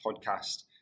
podcast